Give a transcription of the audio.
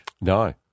No